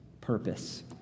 purpose